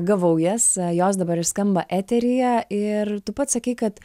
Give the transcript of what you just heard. gavau jas jos dabar ir skamba eteryje ir tu pats sakei kad